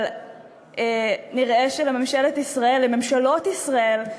אבל נראה שלממשלת ישראל, לממשלות ישראל,